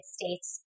States